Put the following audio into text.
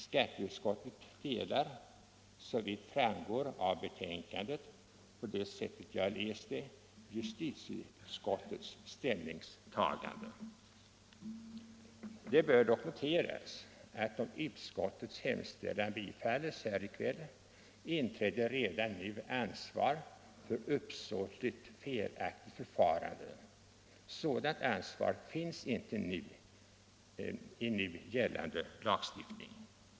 Skatteutskottet delar — såvitt framgår av betänkandet — justitieutskottets ställningstagande. Det bör dock noteras, att om utskottets hemställan bifalles här i kväll, inträder redan nu ansvar för uppsåtligt felaktigt förfarande. Sådant ansvar finns inte i gällande lagstiftning.